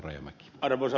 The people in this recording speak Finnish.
arvoisa puhemies